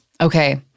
Okay